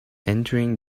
entering